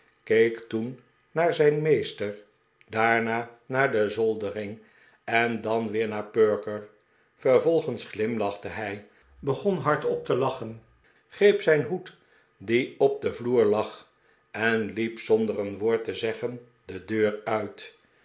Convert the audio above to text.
keek toen naar zijn meester daarna naar de zoldering en dan weer naar perker vervolgens glimlachte hij begon hardop te lachen greep zijn hoed die op den vloer lag en liep zonder een woord te zeggen de deur uit